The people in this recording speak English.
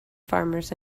farmers